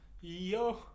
Yo